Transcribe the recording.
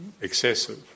excessive